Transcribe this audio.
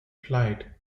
flight